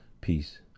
Peace